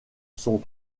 sont